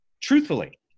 Truthfully